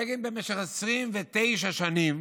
בגין במשך 29 שנים